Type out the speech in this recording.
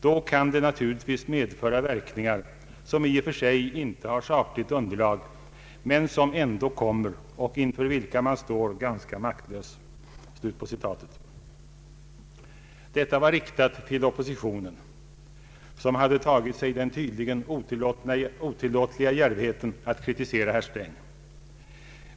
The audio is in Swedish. Då kan det naturligtvis medföra verkningar som i och för sig inte har sakligt underlag men som ändå kommer och inför vilka man står ganska maktlös.” Detta var riktat till oppositionen, som hade tagit sig den tydligen otillåtliga djärvheten att kritisera herr Sträng.